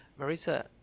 Marisa